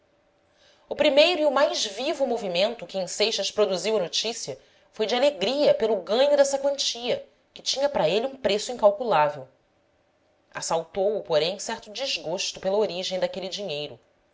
o primeiro e o mais vivo movimento que em seixas produziu a notícia foi de alegria pelo ganho dessa quantia que tinha para ele um preço incalculável assaltou o porém certo desgosto pela origem daquele dinheiro